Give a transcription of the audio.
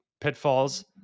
pitfalls